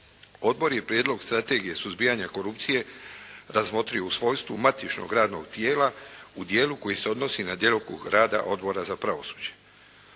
Odbor je Prijedlog strategije suzbijanja korupcije razmotrio u svojstvu matičnog radnog tijela u dijelu koji se odnosi na djelokrug rada Odbora za pravosuđe.